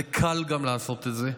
זה גם קל לעשות את זה,